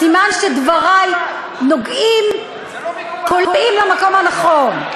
סימן שדברי נוגעים, קולעים למקום הנכון.